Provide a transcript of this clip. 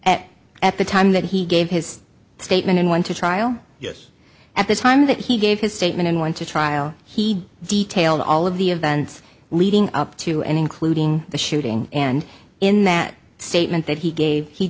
at at the time that he gave his statement and went to trial yes at the time that he gave his statement and went to trial he detailed all of the events leading up to and including the shooting and in that statement that he gave he